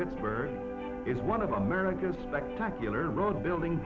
pittsburgh is one of america's spectacular road building